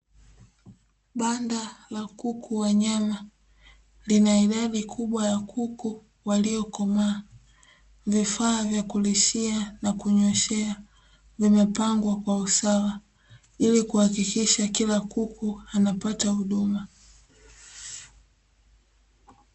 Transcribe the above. Banda kubwa la kuku wa nyama lina idadi kubwa ya kuku waliokomaa, vifaa vya kulishia na kunyweshea vimepangwa kwa usawa ili kuhakikisha kila kuku anapata huduma.